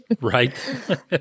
Right